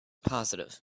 positive